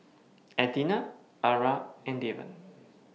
Athena Ara and Devan